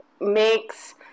makes